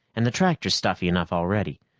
and the tractor's stuffy enough already.